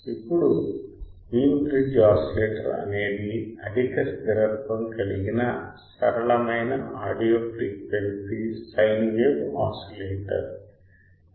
ఇప్పుడు Wien bridge oscillator అనేది అధిక స్థిరత్వం కలిగిన సరళమైన audio frequency sine wave oscillator